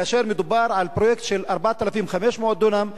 כאשר מדובר על פרויקט של 4,500 דונם,